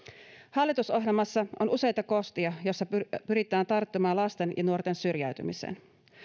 hallitusohjelmassa on useita kohtia joissa pyritään pyritään tarttumaan lasten ja nuorten syrjäytymiseen